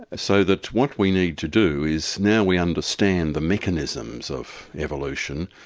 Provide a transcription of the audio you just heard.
ah so that what we need to do is, now we understand the mechanisms of evolution,